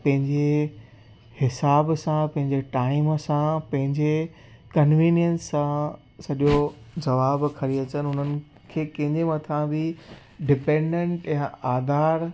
पंहिंजे हिसाब सां पंहिंजे टाइम सां पंहिंजे कंवीनिंयंस सां सॼो जवाबु खणी अचनि हुननि खे कंहिंजे मथां बि डिपैंडेंट या आधार